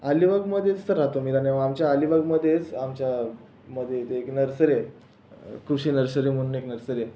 अलिबागमध्ये तर राहतो मी आणि आमच्या अलिबागमध्ये एक आमच्यामध्ये एक नर्सरी आहे कृषी नर्सरी म्हणून एक नर्सरी आहे